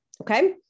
Okay